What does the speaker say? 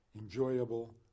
enjoyable